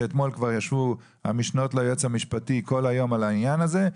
שאתמול ישבו המשנות ליועץ המשפטי על העניין הזה,